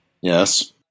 Yes